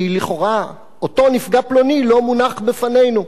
כי לכאורה אותו נפגע פלוני לא מונח בפנינו.